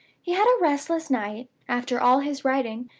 he had a restless night, after all his writing,